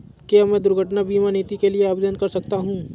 क्या मैं दुर्घटना बीमा नीति के लिए आवेदन कर सकता हूँ?